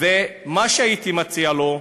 מה שהייתי מציע לו,